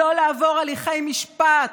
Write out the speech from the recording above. לא לעבור הליכי משפט.